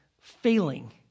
failing